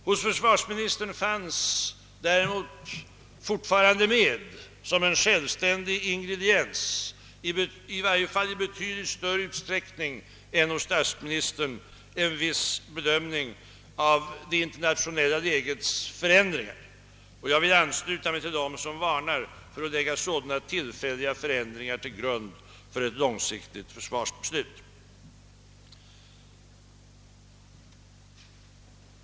Hos försvarsministern fanns däremot fortfarande med som en självständig ingrediens — i varje fall i betydligt större utsträckning än hos statsministern — en bedömning av det internationella lägets förändringar. Jag vill för min det ansluta mig till dem som varnar mot att lägga sådana tillfälliga förändringar till grund för ett långsiktigt försvarsbeslut.